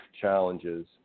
Challenges